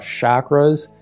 chakras